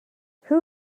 who